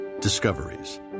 discoveries